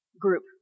group